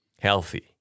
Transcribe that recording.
healthy